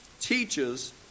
teaches